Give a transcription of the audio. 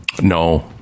No